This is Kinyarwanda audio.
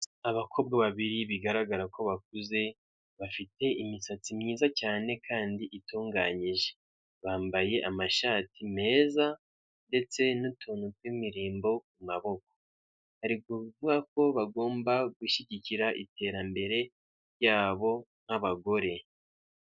Abakobwa babiri bigaragara ko bakuze bafite imisatsi myiza cyane kandi itunganyije, bambaye amashati meza ndetse n'utuntu tw'imirimbo ku maboko, hari kuvugwa ko bagomba gushyigikira iterambere ryabo nk'abagore.